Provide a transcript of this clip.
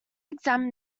examined